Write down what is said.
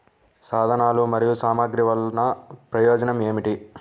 సాధనాలు మరియు సామగ్రి వల్లన ప్రయోజనం ఏమిటీ?